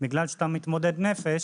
בגלל שאתה מתמודד נפש